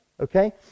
Okay